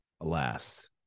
alas